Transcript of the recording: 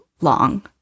long